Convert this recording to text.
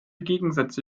gegensätze